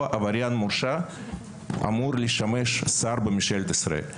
עבריין מורשע אמור לשמש שר בממשלת ישראל,